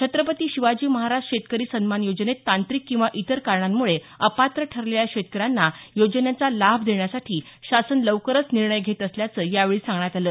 छत्रपती शिवाजी महाराज शेतकरी सन्मान योजनेत तांत्रिक किंवा इतर कारणांमुळे अपात्र ठरलेल्या शेतकऱ्यांना योजनेचा लाभ देण्यासाठी शासन लवकरच निर्णय घेत असल्याचं यावेळी सांगण्यात आलं